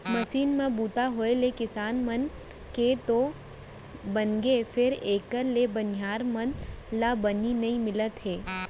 machine म बूता होय ले किसान मन के तो बनगे फेर एकर ले बनिहार मन ला बनी नइ मिलत हे